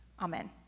Amen